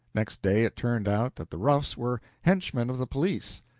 next day it turned out that the roughs were henchmen of the police,